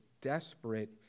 desperate